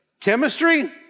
chemistry